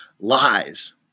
lies